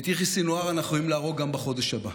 את יחיא סנוואר אנחנו יכולים להרוג גם בחודש הבא.